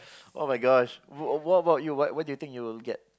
[oh]-my-gosh what what about you what do you think you will get